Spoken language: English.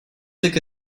took